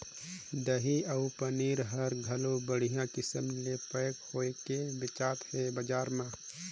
दही अउ पनीर हर घलो बड़िहा किसम ले पैक होयके बेचात हे बजार म